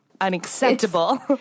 unacceptable